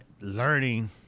learning